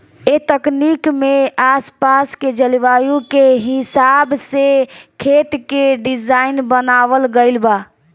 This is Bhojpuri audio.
ए तकनीक में आस पास के जलवायु के हिसाब से खेत के डिज़ाइन बनावल गइल बा